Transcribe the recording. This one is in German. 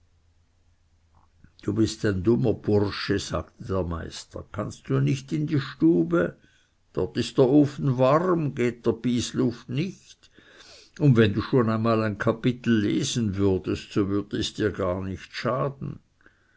du bist ein dummer bursche sagte der meister kannst du nicht in die stube dort ist der ofen warm geht der bysluft nicht und wenn du schon einmal ein kapitel lesen würdest so würde es dir gar nichts schaden